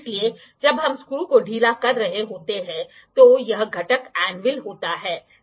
इसलिए जब हम स्क्रू को ढीला कर रहे होते हैं तो यह घटक एन्विल होता है